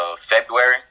February